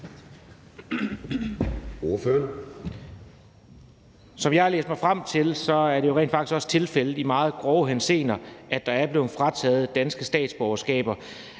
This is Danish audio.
Som jeg har læst det, er det jo rent faktisk også tilfældet i meget grove tilfælde, altså at der er blevet frataget danske statsborgerskaber.